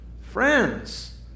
Friends